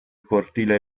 cortile